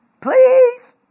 Please